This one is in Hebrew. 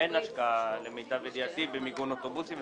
אין השקעה, למיטב ידיעתי, במיגון אוטובוסים.